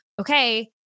okay